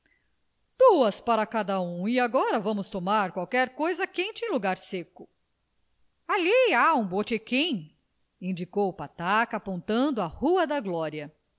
duas para cada um e agora vamos tomar qualquer coisa quente em lugar seco ali há um botequim indicou o pataca apontando a rua da glória